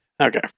Okay